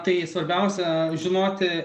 tai svarbiausia žinoti